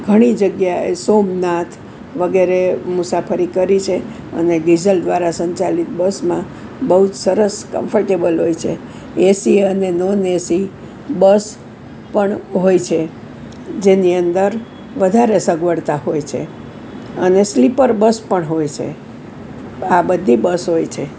ઘણી જગ્યાએ સોમનાથ વગેરે મુસાફરી કરી છે અને ડીઝલ દ્વારા સંચાલીત બસમાં બહુ જ સરસ કંમફર્ટેબલ હોય છે એસી અને નોન એસી બસ પણ હોય છે જેની અંદર વધારે સગવડતા હોય છે અને સ્લીપર બસ પણ હોય છે આ બધી બસ હોય છે